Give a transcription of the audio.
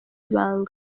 ibanga